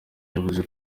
yavuze